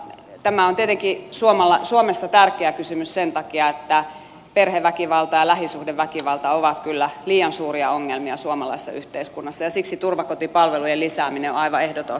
tämä on tietenkin suomessa tärkeä kysymys sen takia että perheväkivalta ja lähisuhdeväkivalta ovat kyllä liian suuria ongelmia suomalaisessa yhteiskunnassa ja siksi turvakotipalvelujen lisääminen on aivan ehdoton edellytys